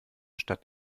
stadt